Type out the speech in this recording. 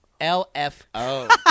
LFO